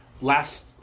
last